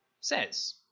says